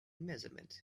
measurements